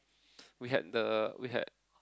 we had the we had